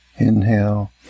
Inhale